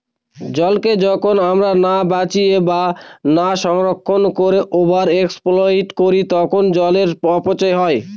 জলকে যখন আমরা না বাঁচিয়ে বা না সংরক্ষণ করে ওভার এক্সপ্লইট করি তখন জলের অপচয় হয়